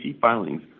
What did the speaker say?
filings